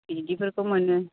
बिदिफोरखौ मोनो